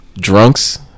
drunks